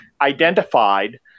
identified